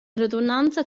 radunanza